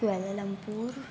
Kuala Lumpur